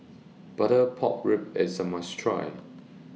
Butter Pork Ribs IS A must Try